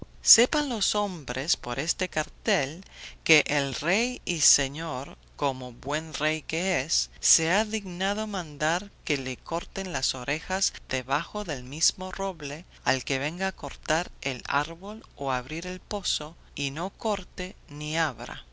sepan los hombres por este cartel que el rey y señor como buen rey que es se ha dignado mandar que le corten las orejas debajo del mismo roble al que venga a cortar el árbol o abrir el pozo y no corte ni abra